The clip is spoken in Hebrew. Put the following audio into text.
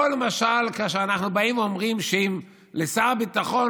או למשל כאשר אנחנו באים ואומרים שאם לשר הביטחון